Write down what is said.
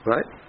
Right